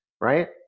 right